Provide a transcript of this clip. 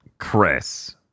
Chris